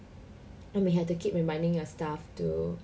then we have to keep reminding your staff to